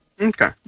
Okay